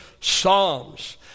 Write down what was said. psalms